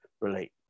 relate